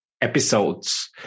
episodes